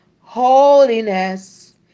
holiness